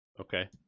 Okay